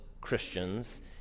Christians